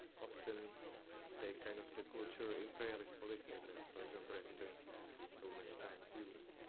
often the kind of the culture in prague has policy that for example, residencies have been so much time used,